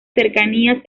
cercanías